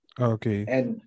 Okay